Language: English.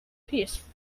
piece